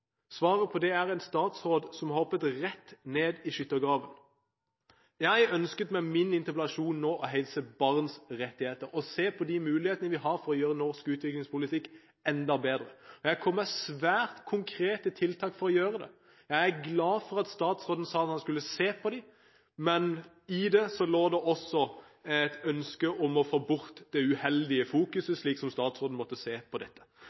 en statsråd som har hoppet rett ned i skyttergraven. Jeg ønsket med min interpellasjon nå å fremheve barns rettigheter og se på de mulighetene vi har for å gjøre norsk utviklingspolitikk enda bedre. Jeg kom med svært konkrete tiltak for å gjøre det. Jeg er glad for at statsråden sa at han skal se på dem. Men i det lå det også et ønske om å få bort det uheldige fokuset, slik som statsråden måtte se på dette.